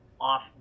off